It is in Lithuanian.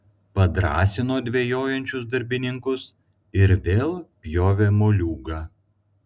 padrąsino dvejojančius darbininkus ir vėl pjovė moliūgą